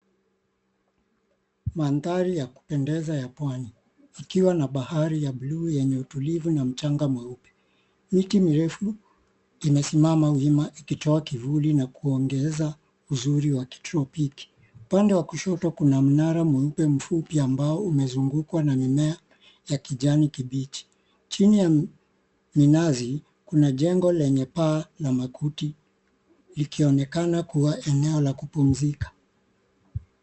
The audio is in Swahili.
Mandhari ya kupendeza ya Pwani, ikiwa na bahari ya buluu yenye utulivu na mchanga mweupe. Miti mirefu imesimama wima ikitoa kivuli na kuongeza uzuri wa kitropiki. Upande wa kushoto kuna mnara mweupe mfupi ambao umezungukwa na mimea ya kijani kibichi. Chini ya minazi, kuna jengo lenye paa la makuti likionekana kuwa eneo la kupumzika.